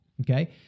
Okay